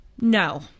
No